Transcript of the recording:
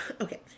Okay